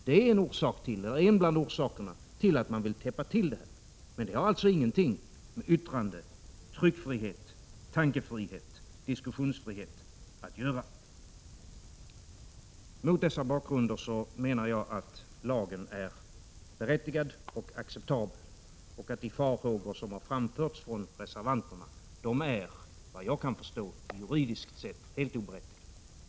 Det är en bland orsakerna till att man vill täppa till, men det har alltså ingenting med yttrande-, tryck-, tankeeller diskussionsfriheten att göra. Mot dessa bakgrunder menar jag att lagen är berättigad och acceptabel och att de farhågor som har framförts från reservanterna är, vad jag kan förstå, juridiskt sett helt oberättigade.